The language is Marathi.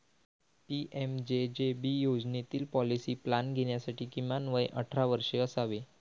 पी.एम.जे.जे.बी योजनेतील पॉलिसी प्लॅन घेण्यासाठी किमान वय अठरा वर्षे असावे